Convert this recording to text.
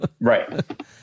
Right